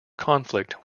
conflict